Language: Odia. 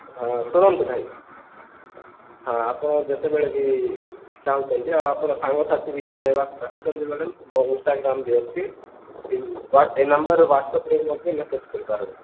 ହଁ ଶୁଣନ୍ତୁ ଭାଇ ଆଉ ହଁ ଆପଣ ଯେତେବେଳେ ବି ଚାହୁଁଛନ୍ତି ଆଉ ଆପଣ ସାଙ୍ଗସାଥି ବି କିଏ ନେବାକୁ ଚାହୁଁଛନ୍ତି ବି ବୋଲେ ମୋ ଇନଷ୍ଟାଗ୍ରାମ୍ ବି ଅଛି କି ଏଇ ନମ୍ବର୍ରେ ହ୍ଵାଟ୍ସଆପ୍ରେ ବି ମଧ୍ୟ ମେସେଜ୍ କରିପାରବେ